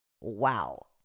Wow